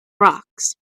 rocks